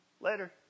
Later